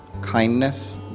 kindness